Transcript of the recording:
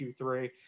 Q3